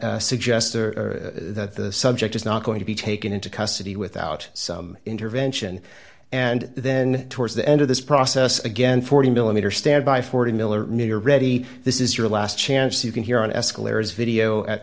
that suggests that the subject is not going to be taken into custody without some intervention and then towards the end of this process again forty millimeter standby forty miller ready this is your last chance you can hear on escalators video at